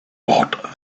bought